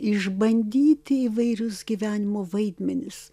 išbandyti įvairius gyvenimo vaidmenis